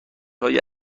های